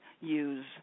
use